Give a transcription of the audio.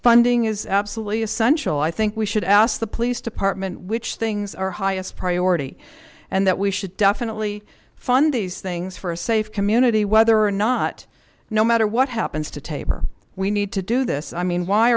funding is absolutely essential i think we should ask the police department which things are highest priority and that we should definitely fund these things for a safe community whether or not no matter what happens to tabor we need to do this i mean why